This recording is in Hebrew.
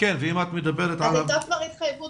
ואם את מדברת --- אז הייתה כבר התחייבות